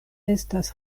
estas